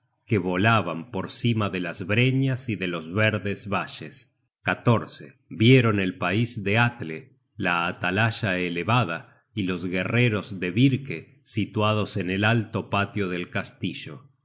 que volaban por cima de las breñas y de los verdes valles vieron el pais de atle la atalaya elevada y los guerreros de birke situados en el alto patio del castillo